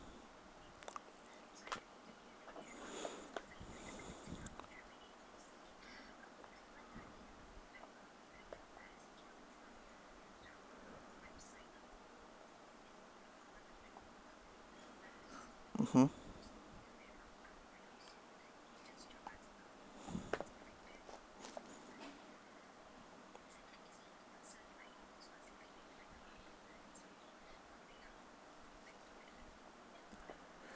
mmhmm